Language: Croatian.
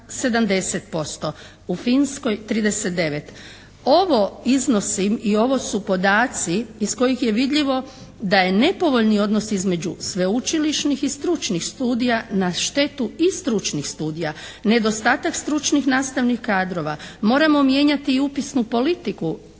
U Finskoj 39.